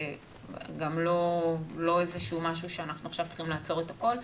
זה גם לא איזשהו משהו שאנחנו עכשיו צריכים לעצור את הכול.